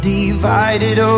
divided